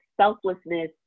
selflessness